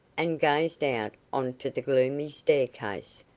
and gazed out on to the gloomy staircase,